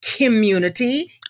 Community